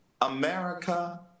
America